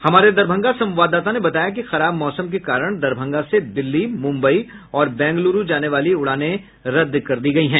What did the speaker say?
हमारे दरभंगा संवाददाता ने बताया कि खराब मौसम के कारण दरभंगा से दिल्ली मुम्बई और बेंग्लूरू जाने वाली उड़ाने रद्द कर दी गयी है